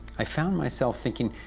i found myself thinking,